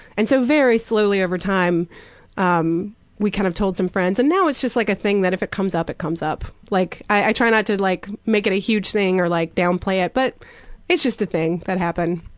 and so very slowly over time um we kind of told some friends, and now it's just like a thing that if it comes up, it comes up. i try not to like make it a huge thing or like downplay it, but it's just like a thing that happened.